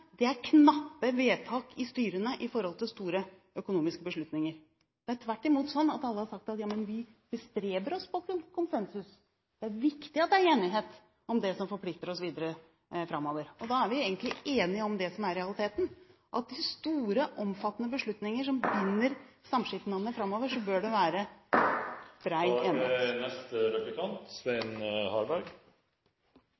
studentsamskipnadene er knappe vedtak i styrene med hensyn til store økonomiske beslutninger. Det er tvert imot sånn at alle har sagt at vi bestreber oss på en konsensus, og at det er viktig at det er enighet om det som forplikter oss videre framover. Da er vi egentlig enige om det som er realiteten, at de store, omfattende beslutninger som binder samskipnadene framover, bør det være